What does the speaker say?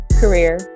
career